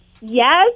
Yes